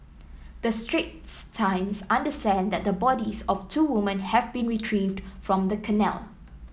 the Straits Times understand that the bodies of two women have been retrieved from the canal